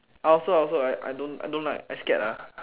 I also I also I don't like I scared ah